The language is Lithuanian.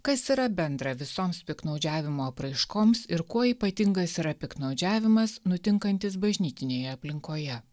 kas yra bendra visoms piktnaudžiavimo apraiškoms ir kuo ypatingas yra piktnaudžiavimas nutinkantis bažnytinėje aplinkoje